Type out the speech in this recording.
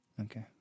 Okay